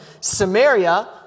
Samaria